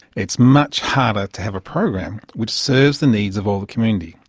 it's much harder to have a program which serves the needs of all the community.